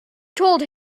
told